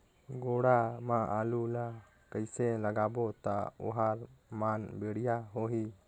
गोडा मा आलू ला कइसे लगाबो ता ओहार मान बेडिया होही?